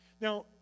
Now